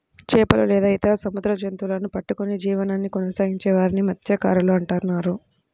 చేపలు లేదా ఇతర సముద్ర జంతువులను పట్టుకొని జీవనాన్ని కొనసాగించే వారిని మత్య్సకారులు అంటున్నారు